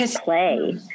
play